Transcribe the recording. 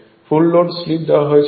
ফুল load slip দেওয়া হয়েছে 004